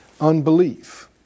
unbelief